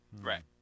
Right